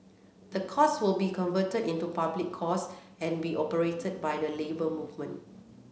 the course will be converted into a public course and be operated by the Labour Movement